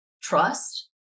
trust